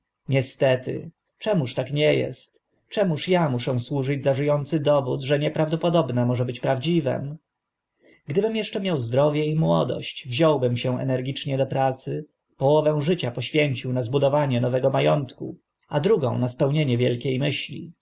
niestety czemuż tak nie est czemuż a muszę służyć za ży ący dowód że nieprawdopodobne może być prawdziwym gdybym eszcze miał zdrowie i młodość wziąłbym się energicznie do pracy połowę życia poświęcił na zbudowanie nowego ma ątku a drugą na spełnienie wielkie myśli